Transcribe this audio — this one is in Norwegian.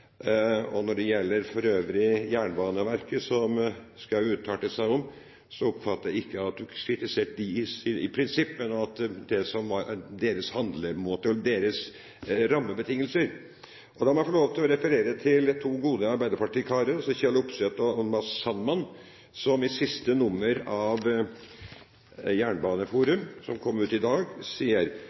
og det var allerede gjort noe. Når det gjelder Jernbaneverket, som Schou uttalte seg om, oppfatter jeg ikke at hun kritiserte dem i prinsipp, men det som var deres handlemåte og deres rammebetingelser. Da må jeg få lov til å referere til to gode arbeiderpartikarer, Kjell Opseth og Matz Sandman, som i siste nummer av Jernbanemagasinet, som kom ut i dag, sier: